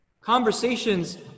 Conversations